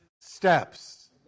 steps